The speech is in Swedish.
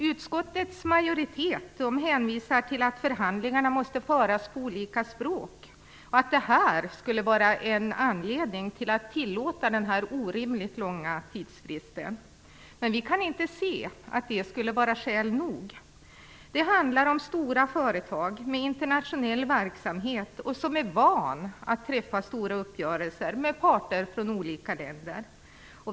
Utskottets majoritet hänvisar till att förhandlingarna måste föras på olika språk och menar att det är en anledning till att den orimligt långa tidsfristen skall tillåtas. Men vi kan inte se att det skulle vara skäl nog. Det handlar om stora företag, med internationell verksamhet, som är vana vid att träffa stora uppgörelser med parter från olika länder.